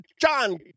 John